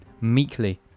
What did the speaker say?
Meekly